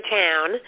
town